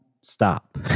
stop